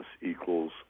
equals